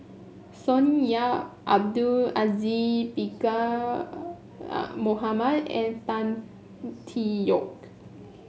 Sonny Yap Abdul Aziz Pakkeer Mohamed and Tan Tee Yoke